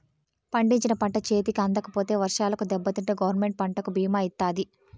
పండించిన పంట చేతికి అందకపోతే వర్షాలకు దెబ్బతింటే గవర్నమెంట్ పంటకు భీమా ఇత్తాది